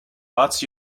arts